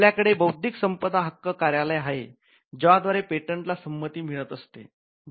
आपल्याकडे बौद्धिक संपदा हक्क कार्यालय आहे ज्याद्वारे पेटंटला संमती मिळत असते